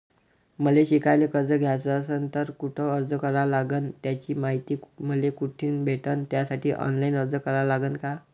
मले शिकायले कर्ज घ्याच असन तर कुठ अर्ज करा लागन त्याची मायती मले कुठी भेटन त्यासाठी ऑनलाईन अर्ज करा लागन का?